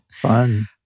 Fun